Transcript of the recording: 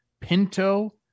Pinto